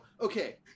Okay